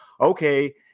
okay